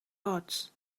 arts